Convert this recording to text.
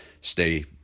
stay